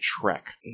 trek